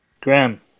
Graham